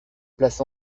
place